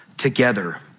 together